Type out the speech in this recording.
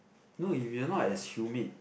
no if you're not as humid